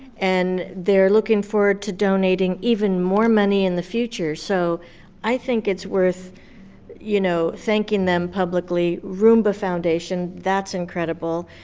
and they're looking forward to donating even more money in the future. so i think it's worth you know thanking them publicly. rumba foundation, that's incredible.